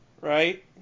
right